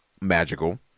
Magical